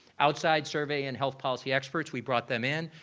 outside survey and health policy experts, we brought them in.